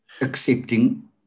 Accepting